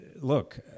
look